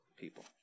people